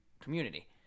community